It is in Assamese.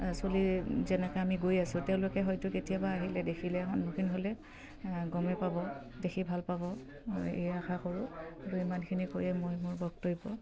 চলি যেনেকে আমি গৈ আছোঁ তেওঁলোকে হয়তো কেতিয়াবা আহিলে দেখিলে সন্মুখীন হ'লে গমেই পাব দেখি ভাল পাব এই আশা কৰোঁ আৰু ইমানখিনি কৰিয়ে মই মোৰ বক্তব্য